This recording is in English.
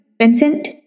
Vincent